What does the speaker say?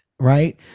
right